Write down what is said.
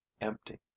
empty